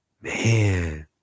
Man